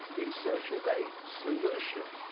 in search of a solution,